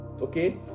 okay